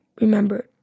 remember